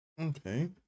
Okay